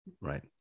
right